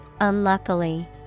unluckily